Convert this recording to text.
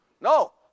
No